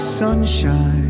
sunshine